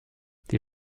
die